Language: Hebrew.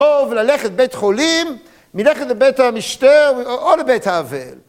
טוב ללכת בית חולים, מלכת לבית המשתה או לבית האבל.